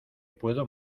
puedo